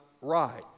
right